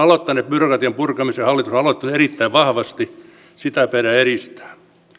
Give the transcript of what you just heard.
aloittaneet byrokratian purkamisen hallitus on aloittanut erittäin vahvasti sitä pitää edistää